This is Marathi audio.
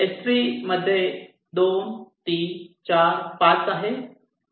S3 मध्ये 2 3 4 5 आहे